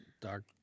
dark